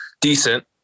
decent